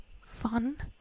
fun